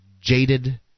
jaded